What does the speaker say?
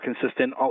consistent